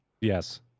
yes